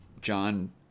John